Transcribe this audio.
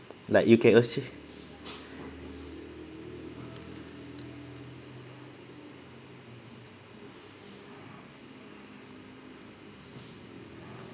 like you can or say